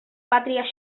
pàtria